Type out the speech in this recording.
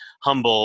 humble